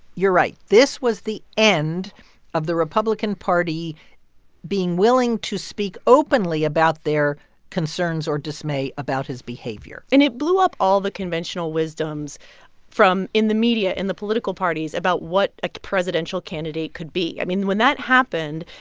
you're right. this was the end of the republican party being willing to speak openly about their concerns or dismay about his behavior and it blew up all the conventional wisdoms from in the media and the political parties about what a presidential candidate could be. i mean, when that happened,